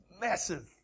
massive